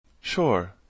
Sure